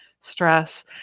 stress